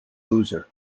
loser